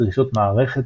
דרישות מערכת,